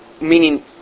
meaning